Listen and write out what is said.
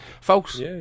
folks